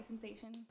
sensation